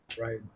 Right